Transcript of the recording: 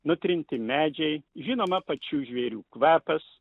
nutrinti medžiai žinoma pačių žvėrių kvapas